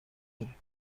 داریم